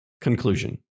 Conclusion